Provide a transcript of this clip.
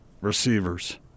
receivers